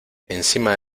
encima